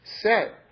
set